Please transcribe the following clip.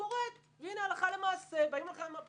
ואנחנו פועלים למען היוצרים